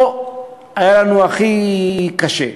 פה היה לנו הכי קשה.